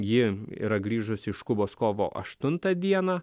ji yra grįžusi iš kubos kovo aštuntą dieną